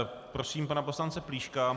Prosím pana poslance Plíška.